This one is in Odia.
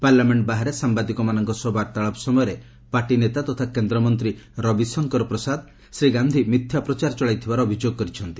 ପାର୍ଲାମେଣ୍ଟ ବାହାରେ ସାମ୍ବାଦିକମାନଙ୍କ ସହ ବାର୍ତ୍ତାଳାପ ସମୟରେ ପାର୍ଟି ନେତା ତଥା କେନ୍ଦ୍ରମନ୍ତୀ ରବିଶଙ୍କର ପ୍ରସାଦ ଶ୍ରୀ ଗାନ୍ଧି ମିଥ୍ୟା ପ୍ରଚାର ଚଳାଇଥିବାର ଅଭିଯୋଗ କରିଛନ୍ତି